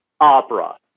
opera